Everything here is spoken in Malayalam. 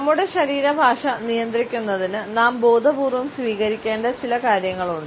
നമ്മുടെ ശരീരഭാഷ നിയന്ത്രിക്കുന്നതിന് നാം ബോധപൂർവ്വം സ്വീകരിക്കേണ്ട ചില കാര്യങ്ങളുണ്ട്